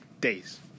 days